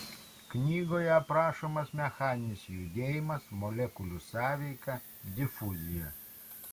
knygoje aprašomas mechaninis judėjimas molekulių sąveika difuzija